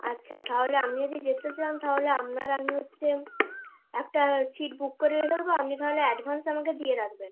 আচ্ছা তাহলে আপনি যদি যেতে চান তাহলে আপনার আমি হচ্ছে একটা সিট বুক করে রেখে দেবো আপনি তাহলে অ্যাডভান্স আমাকে দিয়ে রাখবেন